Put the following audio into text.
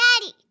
Daddy